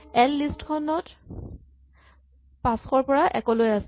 L list খনত ৫০০ ৰ পৰা ১ লৈ আছে